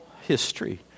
history